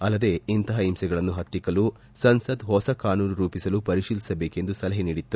ಅಲ್ಲದೇ ಇಂತಹ ಹಿಂಸೆಗಳನ್ನು ಪತ್ತಿಕ್ಕಲು ಸಂಸತ್ ಹೊಸ ಕಾನೂನು ರೂಪಿಸಲು ಪರಿಶೀಲಿಸಬೇಕೆಂದು ಸಲಹೆ ನೀಡಿತ್ತು